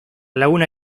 laguna